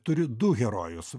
turiu du herojus